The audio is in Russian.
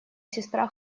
сестра